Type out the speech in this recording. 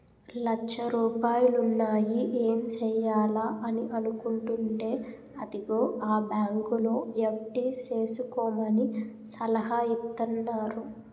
లచ్చ రూపాయలున్నాయి ఏం సెయ్యాలా అని అనుకుంటేంటే అదిగో ఆ బాంకులో ఎఫ్.డి సేసుకోమని సలహా ఇత్తన్నారు